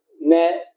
met